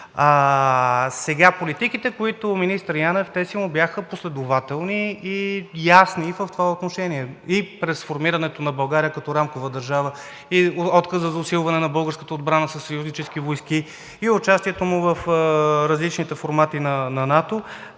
Политиките, които бяха на министър Янев, те си му бяха последователни и ясни в това отношение. И при сформирането на България като рамкова държава, и отказът за усилване на българската отбрана със съюзнически войски, и участието му в различните формати на НАТО,